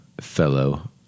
fellow